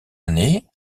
année